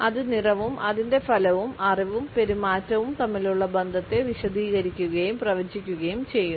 അത് നിറവും അതിന്റെ ഫലവും അറിവും പെരുമാറ്റവും തമ്മിലുള്ള ബന്ധത്തെ വിശദീകരിക്കുകയും പ്രവചിക്കുകയും ചെയ്യുന്നു